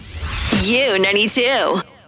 U92